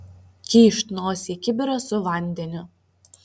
kyšt nosį į kibirą su vandeniu